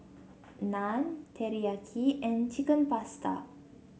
Naan Teriyaki and Chicken Pasta